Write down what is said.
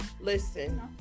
Listen